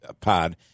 pod